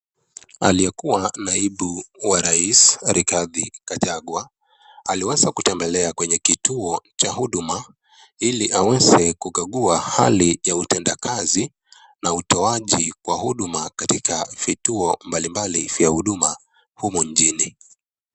Aliokuwa naibu wa Rais Rigathi Gachagua aliweza kutembelea kwenye kituo cha huduma iliaweze kukagua hali ya utenda kazi na utawaji kwa huduma katika vituo, mbalimbali za huduma humo inchini.